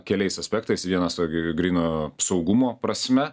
keliais aspektais vienas tokio gryno saugumo prasme